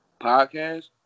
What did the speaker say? podcast